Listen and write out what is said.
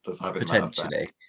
potentially